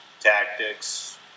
tactics